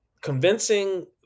convincing